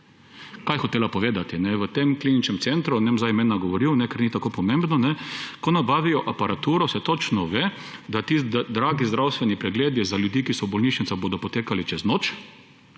Kaj je hotela povedati? V tem kliničnem centru, ne bom zdaj imena govoril, ker ni tako pomembno, ko nabavijo aparaturo, se točno ve, da dragi zdravstveni pregledi za ljudi, ki so v bolnišnicah, bodo potekali čez noč,